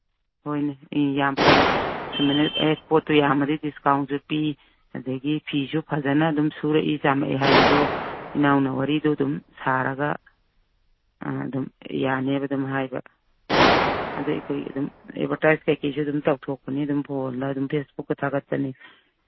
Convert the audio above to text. ꯍꯣꯏꯅꯦ ꯎꯝ ꯌꯥꯝ ꯐꯩ ꯁꯨꯃꯥꯏꯅ ꯍꯦꯛ ꯄꯣꯠꯇꯨ ꯌꯥꯝꯃꯗꯤ ꯗꯤꯁꯀꯥꯎꯟꯁꯨ ꯄꯤ ꯑꯗꯒꯤ ꯐꯤꯁꯨ ꯐꯖꯅ ꯑꯗꯨꯝ ꯁꯨꯔꯛꯏ ꯆꯥꯝꯃꯛꯏ ꯍꯥꯏꯕꯗꯣ ꯏꯅꯥꯎꯅ ꯋꯥꯔꯤꯗꯨ ꯑꯗꯨꯝ ꯁꯥꯔꯒ ꯑ ꯑꯗꯨꯝ ꯌꯥꯅꯤꯕ ꯑꯗꯨꯝ ꯍꯥꯏꯕ ꯑꯗꯩ ꯑꯩꯈꯣꯏ ꯑꯗꯨꯝ ꯑꯦꯚꯔꯇꯥꯏꯁ ꯀꯩꯀꯩꯁꯨ ꯑꯗꯨꯝ ꯇꯧꯊꯣꯛꯄꯅꯤ ꯑꯗꯨꯝ ꯐꯣꯟꯗ ꯐꯦꯁꯕꯨꯛꯇ ꯑꯗꯨꯝ ꯊꯥꯒꯠꯄꯅꯤ